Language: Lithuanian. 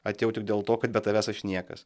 atėjau tik dėl to kad be tavęs aš niekas